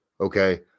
Okay